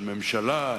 של ממשלה,